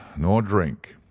nor drink.